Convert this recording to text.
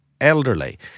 elderly